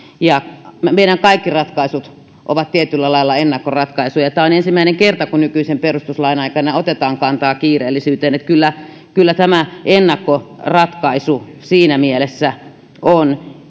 ja kaikki meidän ratkaisumme ovat tietyllä lailla ennakkoratkaisuja tämä on ensimmäinen kerta kun nykyisen perustuslain aikana otetaan kantaa kiireellisyyteen joten kyllä tämä ennakkoratkaisu siinä mielessä on